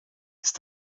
ist